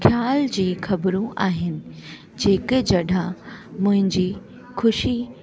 ख़्याल जी ख़बरूं आहिनि जेके जॾहिं मुंहिंजी ख़ुशी